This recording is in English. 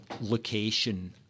location